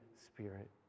spirit